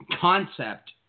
concept